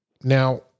Now